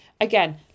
Again